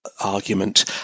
argument